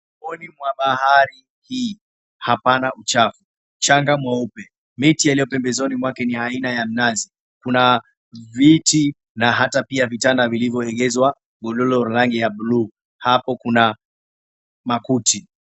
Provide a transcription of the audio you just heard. Ufuoni mwa bahari hii hapana uchafu. Mchanga mweupe miti iliyopembezoni mwake ni ya aina ya mnazi. Kuna viti na hata pia vitanda vilivyoegeshwa. Godoro ya langi ya buluu, hapo kuna makuti.